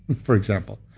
for example,